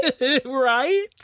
Right